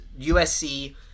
USC